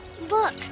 look